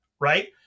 right